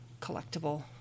collectible